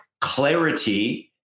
clarity